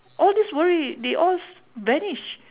all this worry they all s~ vanish